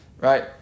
right